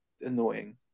annoying